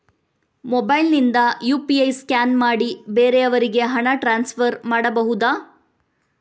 Mobile ನಿಂದ UPI scan ಮಾಡಿ ಬೇರೆಯವರಿಗೆ ಹಣ ಟ್ರಾನ್ಸ್ಫರ್ ಮಾಡಬಹುದ?